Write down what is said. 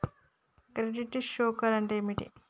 Credit score అంటే ఏమిటి?